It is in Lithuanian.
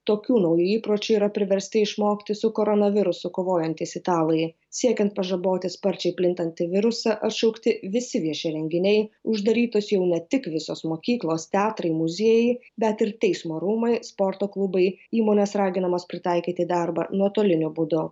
tokių naujų įpročių yra priversti išmokti su koronavirusu kovojantys italai siekiant pažaboti sparčiai plintantį virusą atšaukti visi vieši renginiai uždarytos jau ne tik visos mokyklos teatrai muziejai bet ir teismo rūmai sporto klubai įmonės raginamos pritaikyti darbą nuotoliniu būdu